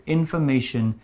information